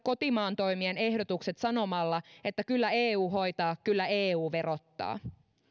kotimaan toimien ehdotukset sanomalla että kyllä eu hoitaa kyllä eu verottaa